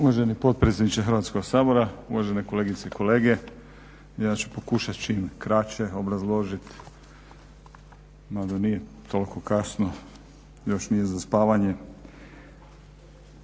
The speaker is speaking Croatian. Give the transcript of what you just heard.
Uvaženi potpredsjedniče Hrvatskog sabora, uvažene kolegice i kolege. Ja ću pokušati čim kraće obrazložiti mada nije toliko kasno, još nije za spavanje.